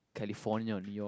California or New York